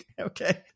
okay